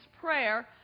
prayer